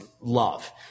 love